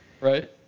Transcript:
Right